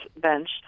bench